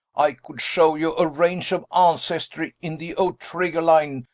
i could show you a range of ancestry, in the o'trigger line,